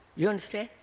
you understand?